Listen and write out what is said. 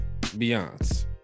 Beyonce